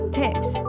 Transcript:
tips